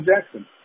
Jackson